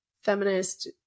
feminist